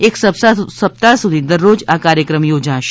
એક સપ્તાહ્ સુધી દરરોજ કાર્યક્રમ યોજાશે